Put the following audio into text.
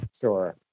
Sure